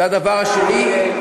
זה הדבר השני,